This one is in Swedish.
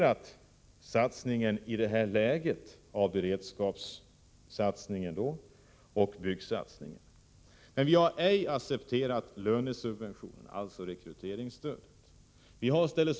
Vi från vpk har i detta läge accepterat beredskapssatsningen och byggsatsningen, men vi har ej accepterat lönesubventionen, alltså rekryteringsstödet.